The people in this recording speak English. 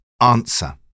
answer